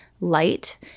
light